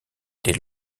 des